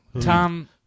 Tom